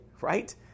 right